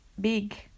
big